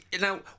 now